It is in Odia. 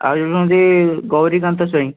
ଆଉ ଜଣେ ହେଉଛନ୍ତି ଗୌରୀକାନ୍ତ ସ୍ୱାଇଁ